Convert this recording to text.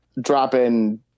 dropping